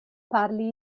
parli